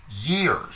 years